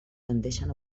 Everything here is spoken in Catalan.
tendeixen